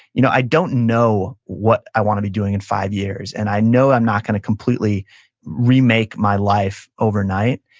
you know, i don't know what i want to be doing in five years, and i know i'm not going to completely remake my life overnight,